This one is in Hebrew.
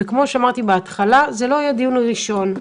כמו שאמרתי בהתחלה, זה לא הדיון האחרון.